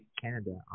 Canada